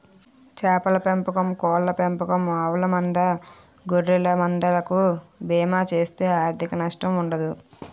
చేపల పెంపకం కోళ్ళ పెంపకం ఆవుల మంద గొర్రెల మంద లకు బీమా చేస్తే ఆర్ధిక నష్టం ఉండదు